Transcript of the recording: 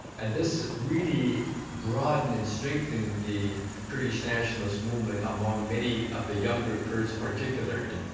and this really broadened and strengthened the kurdish nationalist movement among many of the younger kurds particularly.